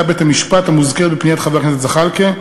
בית-המשפט המוזכרת בפניית חבר הכנסת זחאלקה: